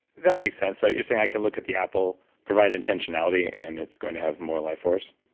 that makes sense. so you're saying i can look at the apple, provide intentionality and it's going to have more life force?